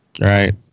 Right